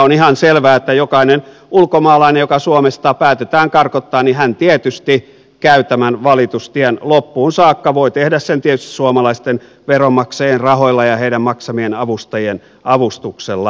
on ihan selvää että jokainen ulkomaalainen joka suomesta päätetään karkottaa tietysti käy tämän valitustien loppuun saakka voi tehdä sen tietysti suomalaisten veronmaksajien rahoilla ja heidän maksamiensa avustajien avustuksella